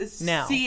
Now